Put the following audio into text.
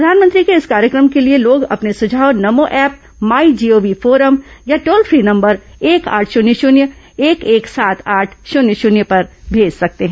प्रधानमंत्री के इस कार्यक्रम के लिए लोग अपने सुझाव NaMo app my gov forum या टोल फ्री नम्बर एक आठ शून्य शून्य एक एक सात आठ शून्य शून्य पर भेज सकते हैं